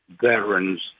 veterans